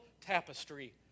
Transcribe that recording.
tapestry